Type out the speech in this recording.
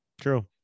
True